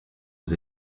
was